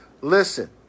Listen